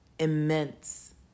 immense